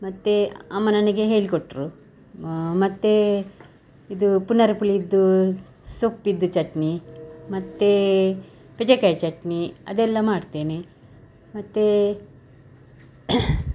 ಮತ್ತು ಅಮ್ಮ ನನಗೆ ಹೇಳಿಕೊಟ್ರು ಮತ್ತು ಇದು ಪುನರ್ಪುಳಿದು ಸೊಪ್ಪಿದು ಚಟ್ನಿ ಮತ್ತು ಪಿಜೇಕಾಯಿ ಚಟ್ನಿ ಅದೆಲ್ಲಾ ಮಾಡ್ತೇನೆ ಮತ್ತು